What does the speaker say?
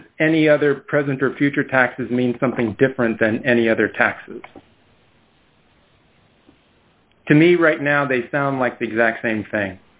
does any other present or future taxes mean something different than any other taxes to me right now they sound like the exact same thing